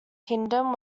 kingdom